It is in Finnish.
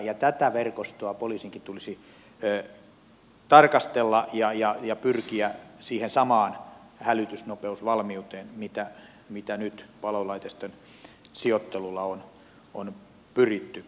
tätä verkostoa poliisinkin tulisi tarkastella ja pyrkiä siihen samaan hälytysnopeusvalmiuteen mihin nyt palolaitosten sijoittelulla on pyritty